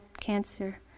cancer